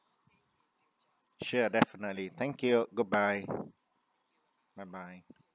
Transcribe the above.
sure definitely thank you good bye bye bye